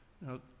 Now